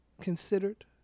considered